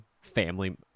Family